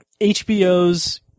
HBO's